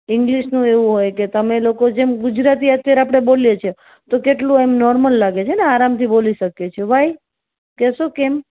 ઇંગ્લિશનું એવું હોય કે તમે લોકો જેમ ગુજરાતી અત્યારે આપણે બોલીએ છીએ તો કેટલું એમ નોર્મલ લાગે છે ને આરામથી બોલી શકીએ છીએ વાય કહેશો કેમ